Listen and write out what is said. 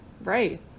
right